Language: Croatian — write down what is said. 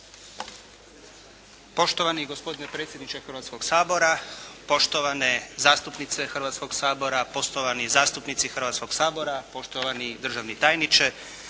Poštovani gospodine predsjedniče Hrvatskoga sabora, poštovane zastupnice Hrvatskoga sabora, poštovani zastupnici Hrvatskoga sabora, poštovani državni tajniče.